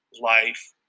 life